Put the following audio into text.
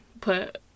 put